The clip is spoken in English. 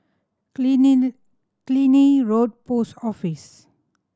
Killiney Killiney Road Post Office